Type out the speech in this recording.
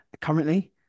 currently